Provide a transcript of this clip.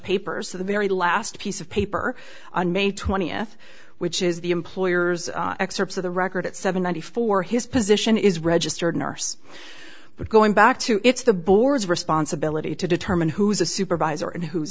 papers the very last piece of paper on may twentieth which is the employer's excerpts of the record at seven hundred four his position is registered nurse but going back to it's the board's responsibility to determine who is a supervisor and who